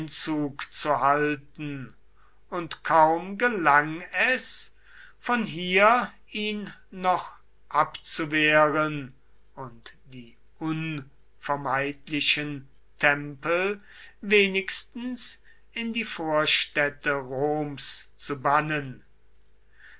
einzug zu halten und kaum gelang es von hier ihn noch abzuwehren und die unvermeidlichen tempel wenigstens in die vorstädte roms zu bannen